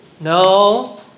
No